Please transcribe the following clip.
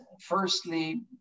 Firstly